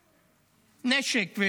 נשק.